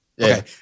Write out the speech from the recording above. Okay